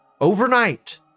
overnight